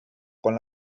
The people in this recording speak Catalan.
quan